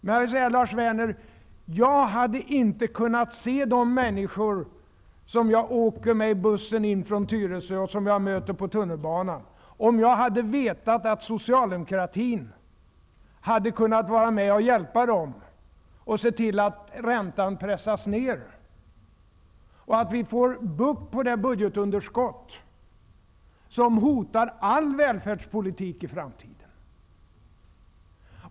Men, Lars Werner, jag hade inte kunnat se de människor jag åker tillsammans med i bussen från Tyresö och som jag möter i tunnelbanan i ögonen, om jag hade vetat att socialdemokratin hade kunnat vara med och hjälpa till att pressa ner räntan och få bukt med det budgetunderskott som hotar all välfärdspolitik i framtiden.